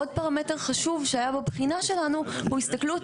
עוד פרמטר חשוב שהיה בבחינה שלנו הוא הסתכלות